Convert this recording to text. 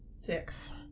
Six